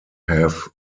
have